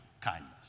kindness